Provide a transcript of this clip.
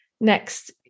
next